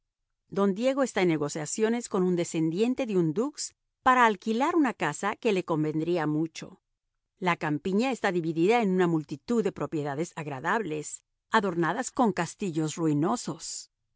don diego está en negociaciones con un descendiente de un dux para alquilar una casa que le convendría mucho la campiña está dividida en una multitud de propiedades agradables adornadas con castillos ruinosos